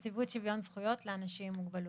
נציבות שוויון זכויות לאנשים עם מוגבלות.